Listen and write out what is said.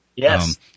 Yes